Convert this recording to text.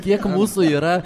kiek mūsų yra